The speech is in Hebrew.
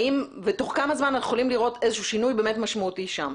ותוך כמה זמן אנחנו יכולים לראות איזשהו שינוי משמעותי שם.